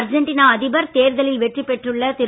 Argentina அதிபர் தேர்தலில் வெற்றி பெற்றுள்ள திரு